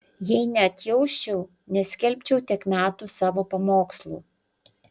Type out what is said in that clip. jei neatjausčiau neskelbčiau tiek metų savo pamokslų